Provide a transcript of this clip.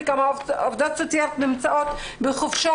וכמה עובדות סוציאליות נמצאות בחופשות,